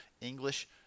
English